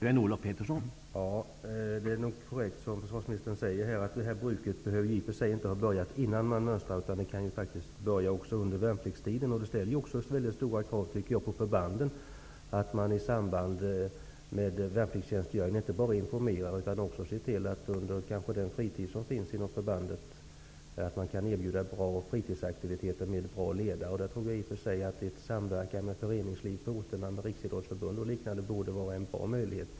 Herr talman! Det är nog korrekt som försvarsministern säger att detta bruk inte behöver ha börjat innan man mönstrar utan faktiskt kan börja under värnpliktstiden. Det ställer stora krav på förbanden att man i samband med värnpliktstjänstgöringen inte bara informerar utan också ser till att man under de värnpliktigas fritid kan erbjuda bra fritidsaktiviteter med bra ledare. Där tror jag att en samverkan med föreningslivet på orten samt med Riksidrottsförbundet borde vara en bra möjlighet.